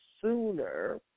sooner